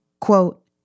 Quote